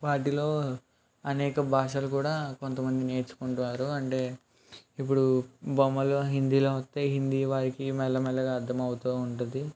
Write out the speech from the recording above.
వాటిలో అనేక భాషలు కూడా కొంతమంది నేర్చుకుంటారు అంటే ఇప్పుడు బొమ్మలు హిందీలో వస్తాయి హిందీ వారికీ మెల్ల మెల్లగా అర్థమవుతూ ఉంటుంది